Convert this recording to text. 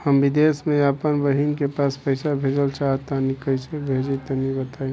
हम विदेस मे आपन बहिन के पास पईसा भेजल चाहऽ तनि कईसे भेजि तनि बताई?